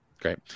great